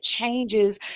changes